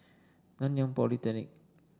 Nanyang Polytechnic